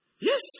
yes